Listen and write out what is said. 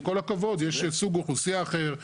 עם כל הכבוד יש סוג אוכלוסייה אחר,